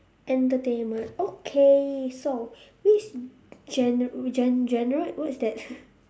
entertainment okay so which gener~ gen~ genre what is that